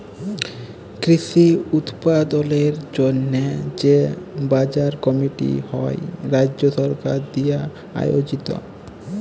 কৃষি উৎপাদলের জন্হে যে বাজার কমিটি হ্যয় রাজ্য সরকার দিয়া আয়জিত